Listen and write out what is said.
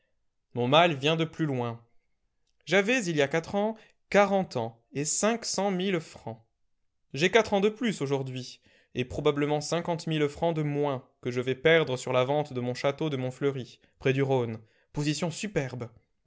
mon mal vient de plus loin j'avais il y a quatre ans quarante ans et cinq cent mille francs j'ai quatre ans de plus aujourd'hui et probablement cinquante mille francs de moins que je vais perdre sur la vente de mon château de monfleury près du rhône position superbe